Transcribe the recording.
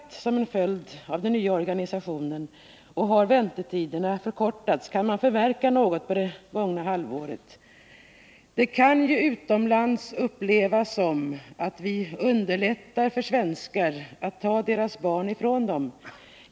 23 januari 1980 Det kan ju utomlands upplevas som att vi underlättar för svenskar att ta deras barn ifrån dem.